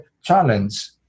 challenge